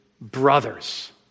brothers